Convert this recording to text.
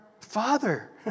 father